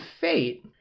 Fate